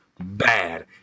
bad